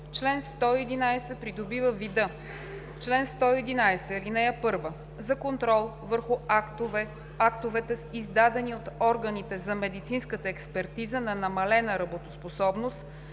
Член 111 придобива вида: „Чл. 111. (1) За контрол върху актовете, издадени от органите за медицинската експертиза на намалена работоспособност